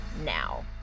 Now